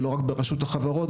ולא רק ברשות החברות,